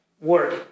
work